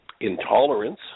intolerance